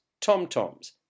tom-toms